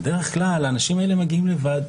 בדרך כלל האנשים האלה מגיעים לבד,